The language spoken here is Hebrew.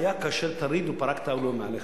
והיה כאשר תריד ופרקת עולו מעליך.